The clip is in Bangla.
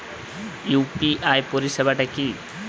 ইউ.পি.আই পরিসেবাটা কি?